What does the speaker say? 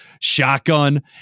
Shotgun